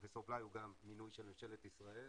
פרופ' בליי הוא גם מינוי של ממשלת ישראל,